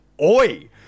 oi